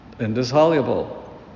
indissoluble